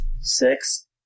Six